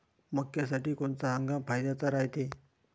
मक्क्यासाठी कोनचा हंगाम फायद्याचा रायते?